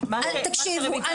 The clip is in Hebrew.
תקשיבו,